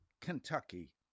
Kentucky